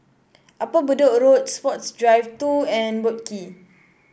Upper Bedok Road Sports Drive Two and Boat Quay